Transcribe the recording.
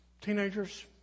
Teenagers